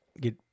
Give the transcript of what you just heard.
Get